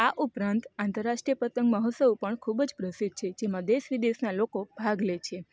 આ ઉપરાંત આતરરાષ્ટ્રીય પતંગ મહોત્સવ પણ ખૂબ જ પ્રસિદ્ધ છે જેમાં દેશ વિદેશના લોકો ભાગ લે છે